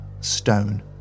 stone